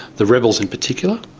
the rebels in particular,